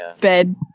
bed